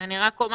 אני רק אומר